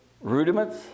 rudiments